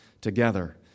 together